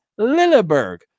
Lilleberg